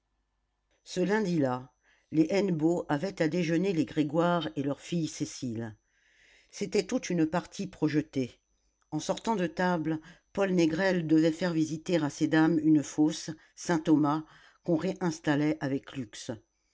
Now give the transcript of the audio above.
ce lundi là les hennebeau avaient à déjeuner les grégoire et leur fille cécile c'était toute une partie projetée en sortant de table paul négrel devait faire visiter à ces dames une fosse saint-thomas qu'on réinstallait avec luxe